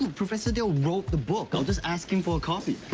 professor dale wrote the book. i'll just ask him for a copy.